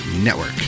Network